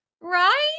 Right